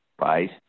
right